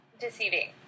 deceiving